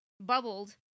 bubbled